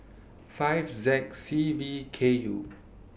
five Z C V K U